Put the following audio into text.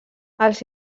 els